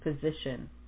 position